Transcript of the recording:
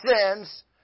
sins